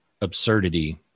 absurdity